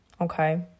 okay